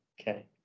Okay